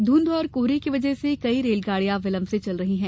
धुंध और कोहरे की वजह से कई रेलगाड़ियां विलंब से चल रही है